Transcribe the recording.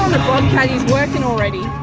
working already.